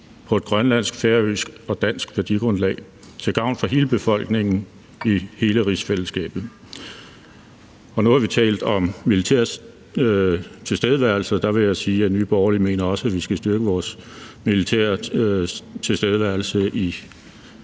på et grønlandsk, færøsk og dansk værdigrundlag til gavn for hele befolkningen i hele rigsfællesskabet. Nu har vi talt om militærets tilstedeværelse, og der vil jeg sige, at Nye Borgerlige også mener, at vi skal styrke vores militære tilstedeværelse i